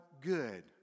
good